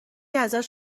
ازش